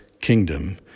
kingdom